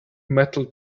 metal